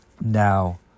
now